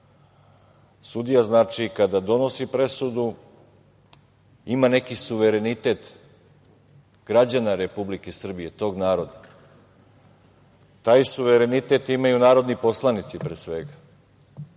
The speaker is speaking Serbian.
sudija kada donosi presudu ima neki suverenitet građana Republike Srbije, tog naroda. Taj suverenitet imaju narodni poslanici, pre svega,